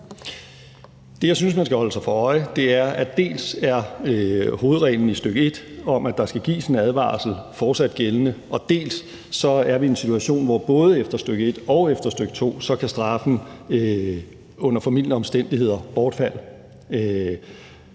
Det, jeg synes man skal holde sig for øje, er dels, at hovedreglen i stk. 1 om, at der skal gives en advarsel, fortsat er gældende, dels at vi er i en situation, hvor straffen efter både stk. 1 og efter stk. 2 under formildende omstændigheder kan bortfalde.